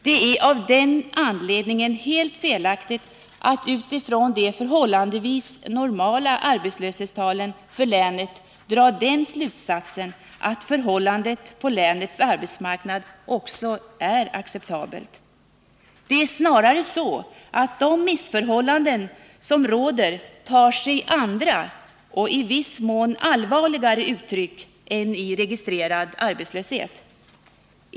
Det är av den anledningen helt felaktigt att utifrån de förhållandevis ”normala” arbetslöshetstalen för länet dra den slutsatsen att förhållandet på länets arbetsmarknad också är acceptabelt. Det är snarare så, att de missförhållanden som råder tar sig andra och i viss mån allvarligare uttryck än i registrerad arbetslöshet.